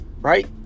right